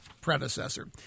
predecessor